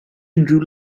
unrhyw